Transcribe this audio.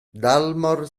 dalmor